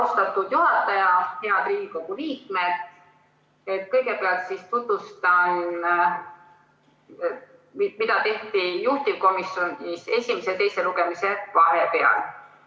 Austatud juhataja! Head Riigikogu liikmed! Kõigepealt tutvustan, mida tehti juhtivkomisjonis esimese ja teise lugemise vahepeal.